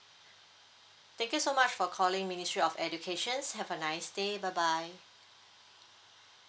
thank you so much for calling ministry of educations have a nice day bye bye